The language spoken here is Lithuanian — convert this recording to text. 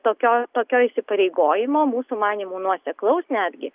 tokio tokio įsipareigojimo mūsų manymu nuoseklaus netgi